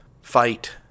fight